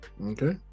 Okay